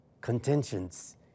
contentions